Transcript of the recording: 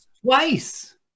twice